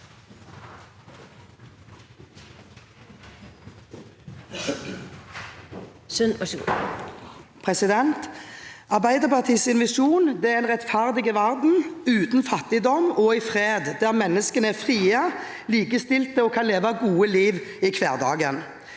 Arbeiderpartiets visjon er en rettferdig verden uten fattigdom og i fred, der menneskene er frie, likestilte og kan leve gode liv i hverdagen.